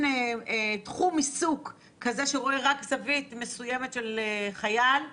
תחום עיסוק כזה שרואה רק זווית מסוימת של חייל,